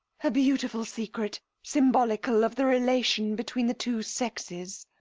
a beautiful secret, symbolical of the relation between the two sexes.